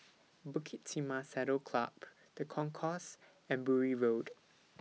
Bukit Timah Saddle Club The Concourse and Bury Road